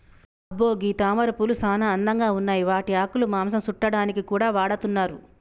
అబ్బో గీ తామరపూలు సానా అందంగా ఉన్నాయి వాటి ఆకులు మాంసం సుట్టాడానికి కూడా వాడతున్నారు